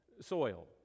soil